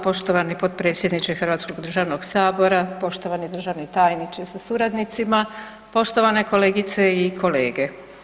Poštovani potpredsjedniče Hrvatskog državnog Sabora, poštivani državni tajniče sa suradnicima, poštovane kolegice i kolege.